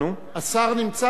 לא לא, השר נמצא פה.